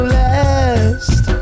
last